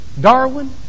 Darwin